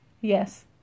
Yes